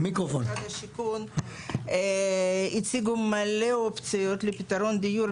משרד השיכון הציג הרבה אופציות לפתרון דיור,